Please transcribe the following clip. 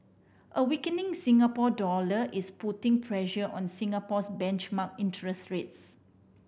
a weakening Singapore dollar is putting pressure on Singapore's benchmark interest rates